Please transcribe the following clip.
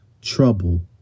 trouble